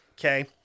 okay